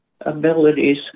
abilities